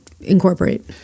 incorporate